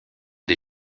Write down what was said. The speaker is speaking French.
des